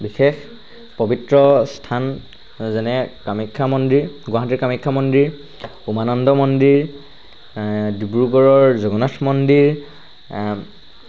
বিশেষ পবিত্ৰ স্থান যেনে কামাখ্যা মন্দিৰ গুৱাহাটীৰ কামাখ্যা মন্দিৰ উমানন্দ মন্দিৰ ডিব্ৰুগড়ৰ জগন্নাথ মন্দিৰ